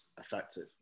effective